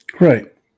Right